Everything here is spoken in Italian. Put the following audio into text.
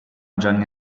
gianni